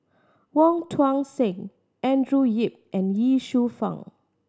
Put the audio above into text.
Wong Tuang Seng Andrew Yip and Ye Shufang